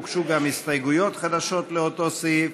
והוגשו גם הסתייגויות חדשות לאותו סעיף.